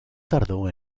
tardó